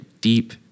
deep